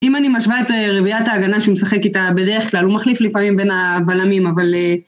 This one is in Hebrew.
אם אני משווה את רביעיית ההגנה שהוא משחק איתה בדרך כלל הוא מחליף לפעמים בין הבלמים אבל